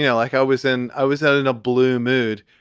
yeah like i was in i was out in a blue mood,